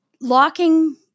locking